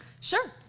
Sure